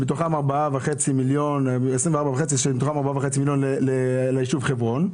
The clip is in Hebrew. מתוכם 4 מיליון שקלים ליישוב חברון.